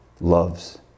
loves